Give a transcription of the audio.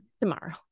tomorrow